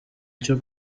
cyo